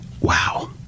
Wow